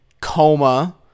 coma